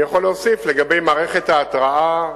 אני יכול להוסיף לגבי מערכת ההתרעה,